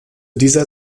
dieser